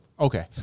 Okay